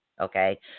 okay